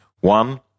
One